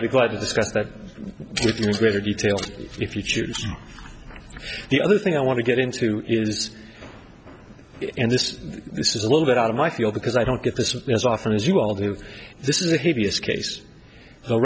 discuss that with your greater detail if you choose the other thing i want to get into is and this this is a little bit out of my field because i don't get this as often as you all do this is a hideous case